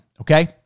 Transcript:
okay